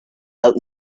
out